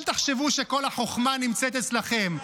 אל תחשבו שכל החוכמה נמצאת אצלכם.